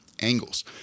angles